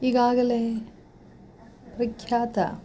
ಈಗಾಗಲೆ ವಿಖ್ಯಾತ